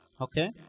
Okay